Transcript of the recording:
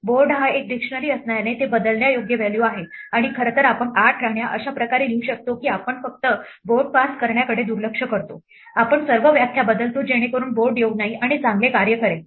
board हा एक dictionary असल्याने ते बदलण्यायोग्य व्हॅल्यू आहे आणि खरं तर आपण 8 राण्या अशा प्रकारे लिहू शकतो की आम्ही फक्त बोर्ड पास करण्याकडे दुर्लक्ष करतो आपण सर्व व्याख्या बदलतो जेणेकरून बोर्ड येऊ नये आणि चांगले कार्य करेल